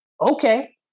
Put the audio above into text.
Okay